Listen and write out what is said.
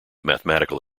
mathematical